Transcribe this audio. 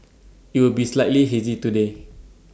IT will be slightly hazy today